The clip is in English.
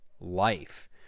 life